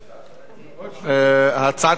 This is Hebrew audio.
הזמן עושה את זה,